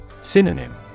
Synonym